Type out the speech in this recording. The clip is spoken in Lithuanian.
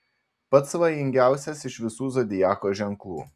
pats svajingiausias iš visų zodiako ženklų